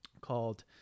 called